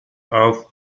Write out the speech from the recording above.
auf